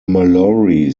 mallory